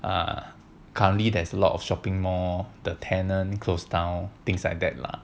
there currently a lot of shopping mall the tenant closed down things like that lah